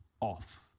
off